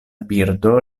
birdo